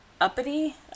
uppity